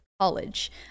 college